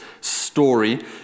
story